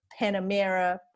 Panamera